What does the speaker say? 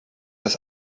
das